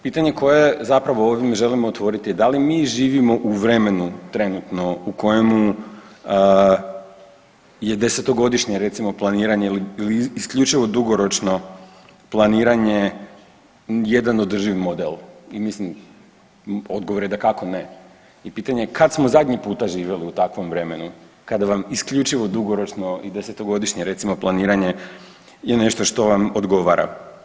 Pitanje koje zapravo ovim želim otvoriti da li mi živimo u vremenu trenutno u kojemu je 10-godišnje recimo planiranje ili, ili isključivo dugoročno planiranje jedan održivi model i mislim odgovor je dakako ne i pitanje je kad smo zadnji puta živjeli u takvom vremenu kada vam isključivo dugoročno i 10-godišnje recimo planiranje je nešto što vam odgovara.